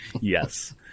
yes